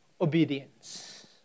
obedience